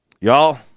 Y'all